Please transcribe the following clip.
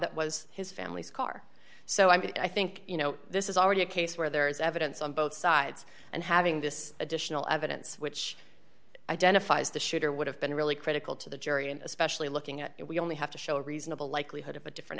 that was his family's car so i think you know this is already a case where there is evidence on both sides and having this additional evidence which identifies the shooter would have been really critical to the jury and especially looking at it we only have to show a reasonable likelihood of a different